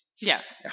Yes